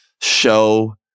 show